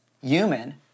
human